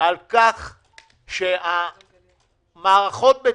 אתה צודק שגם אמרנו שניתן מענה לזה היות שזה בנוהל,